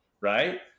right